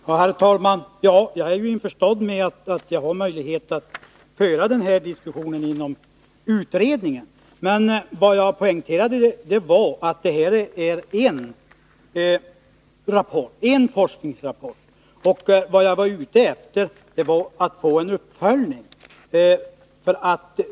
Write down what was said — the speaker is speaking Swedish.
Herr talman! Jag är införstådd med att jag har möjlighet att föra den här diskussionen inom utredningen. Men det här är bara en forskningsrapport, och vad jag var ute efter var att få en uppföljning.